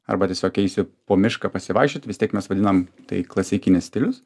arba tiesiog eisiu po mišką pasivaikščiot vis tiek mes vadinam tai klasikinis stilius